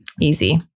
easy